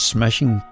Smashing